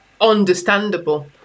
Understandable